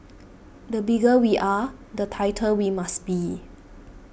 the bigger we are the tighter we must be